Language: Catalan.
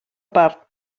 part